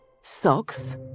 Socks